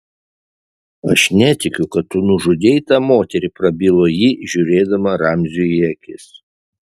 aš netikiu kad tu nužudei tą moterį prabilo ji žiūrėdama ramziui į akis